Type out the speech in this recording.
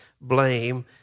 blame